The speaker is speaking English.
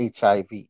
HIV